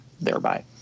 thereby